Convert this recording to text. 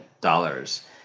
dollars